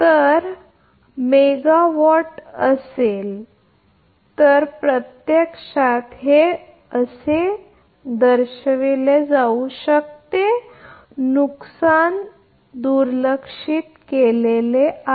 तर जर ते मेगावाट असेल तर तर आणि प्रत्यक्षात कारण हेनुकसान दुर्लक्षित केले आहे